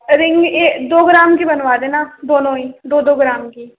ring ये दो gram की बनवा देना दोनों ही दो दो ग्राम की